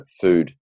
food –